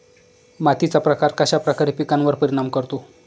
मातीचा प्रकार कश्याप्रकारे पिकांवर परिणाम करतो?